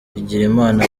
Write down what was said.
bigirimana